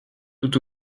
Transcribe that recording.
tout